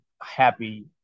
happy